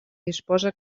disposa